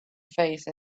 face